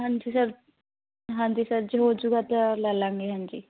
ਹਾਂਜੀ ਸਰ ਹਾਂਜੀ ਸਰ ਜੇ ਹੋ ਜੂਗਾ ਤਾਂ ਲੈ ਲਾਂਗੇ ਹਾਂਜੀ